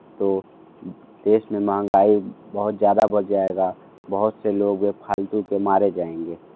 तो देश में महंगाई बहुत ज़्यादा बढ़ जाएगा बहुत से लोग बे फालतू के मारे जाएंगे